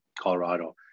Colorado